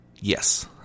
Yes